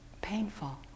painful